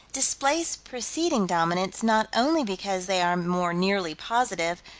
displace preceding dominants not only because they are more nearly positive,